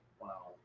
Wow